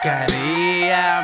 Korea